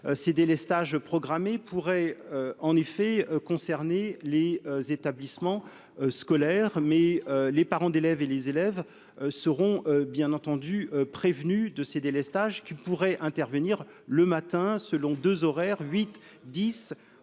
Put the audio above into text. ces délestages pourrait en effet concernés les établissements scolaires, mais les parents d'élèves et les élèves seront bien entendu prévenu de ces délestages qui pourrait intervenir le matin, selon 2 horaire 8 10 ou